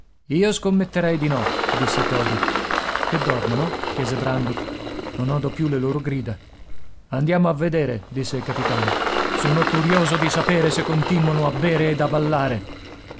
io scommetterei di no disse toby che dormano chiese brandok non odo più le loro grida andiamo a vedere disse il capitano sono curioso di sapere se continuano a bere ed a ballare